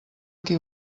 qui